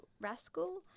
Rascal